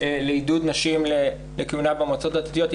לעידוד נשים לכהונה במועצות הדתיות.